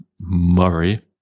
Murray